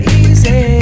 easy